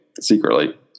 secretly